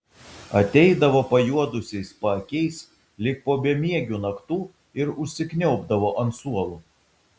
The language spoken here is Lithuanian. ateidavo pajuodusiais paakiais lyg po bemiegių naktų ir užsikniaubdavo ant suolo